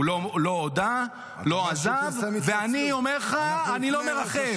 הוא לא הודה, לא עזב ואני אומר לך שאני לא מרחם.